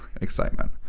excitement